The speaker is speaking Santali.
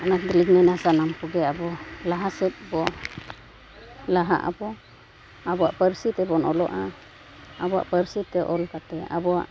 ᱚᱱᱟ ᱛᱮᱜᱮᱞᱤᱧ ᱢᱮᱱᱟ ᱟᱵᱚ ᱥᱟᱱᱟᱢ ᱠᱚᱜᱮ ᱞᱟᱦᱟ ᱥᱮᱫ ᱵᱚ ᱞᱟᱦᱟᱜᱼᱟᱵᱚᱱ ᱟᱵᱚᱣᱟᱜ ᱯᱟᱹᱨᱥᱤ ᱛᱮᱦᱵᱚᱱ ᱚᱞᱚᱜᱼᱟ ᱟᱵᱚᱣᱟᱜ ᱯᱟᱹᱨᱥᱤ ᱛᱮ ᱚᱞ ᱠᱟᱛᱮᱫ ᱟᱵᱚᱣᱟᱜ